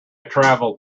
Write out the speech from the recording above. travelled